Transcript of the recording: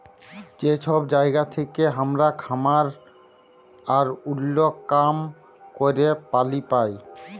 যে সব জায়গা থেক্যে হামরা খাবার আর ওল্য কাম ক্যরের পালি পাই